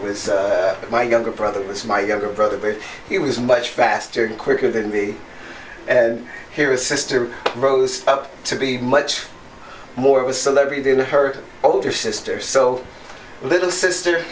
was my younger brother was my younger brother very he was much faster and quicker than me and here is sister rose up to be much more of a celebrity due to her older sister so little sister